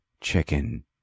chicken